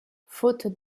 faute